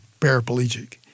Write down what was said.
paraplegic